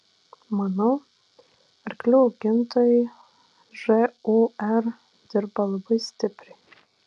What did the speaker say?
manau arklių augintojai žūr dirba labai stipriai